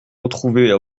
retrouver